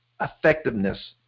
effectiveness